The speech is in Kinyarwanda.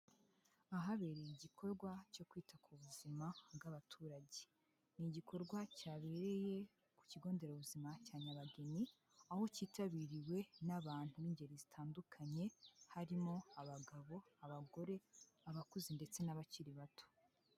Ahabereye igikorwa cyo kwita ku buzima bw'abaturage, ni igikorwa cyabereye ku kigo nderabuzima cya Nyabageni, aho cyitabiriwe n'abantu b'ingeri zitandukanye, harimo abagabo, abagore, abakuze ndetse n'abakiri bato.